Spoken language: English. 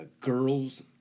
girls